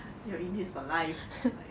you're in this in life